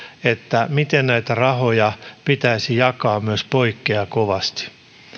ja se miten näitä rahoja pitäisi jakaa myös poikkeaa kovasti